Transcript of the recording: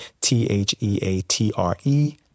T-H-E-A-T-R-E